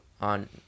on